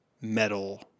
metal